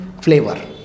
flavor